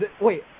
Wait